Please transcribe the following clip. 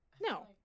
No